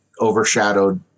overshadowed